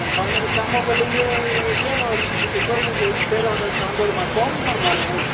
କମ୍ପାନୀରେ କାମ ବୋଲି ଇଏ ଇଏରେ ଅଛି ଗୋଟେ କରିବୁ କି ତେର ହଜାର ଟଙ୍କା ଦରମା କମ ଦରମାରେ